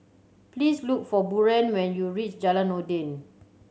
please look for Buren when you reach Jalan Noordin